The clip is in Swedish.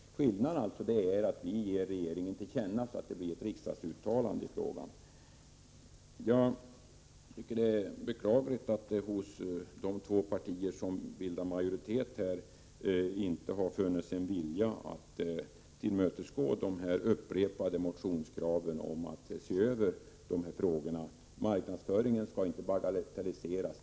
Skillnaden mellan oss är den att vi vill att riksdagen gör ett uttalande till regeringen i frågan. Det är beklagligt att det hos de två partier som bildar majoritet här inte har funnits en vilja att tillmötesgå de upprepade motionskraven om en översyn av de här frågorna. Marknadsföringen skall inte bagatelliseras.